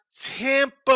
Tampa